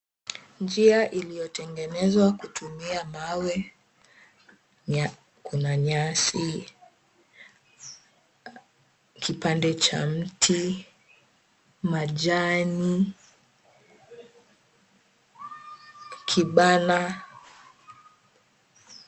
Njia iliyotengenezwa kutumia mawe. Kuna nyasi, kipande cha mti, majani, kibanda.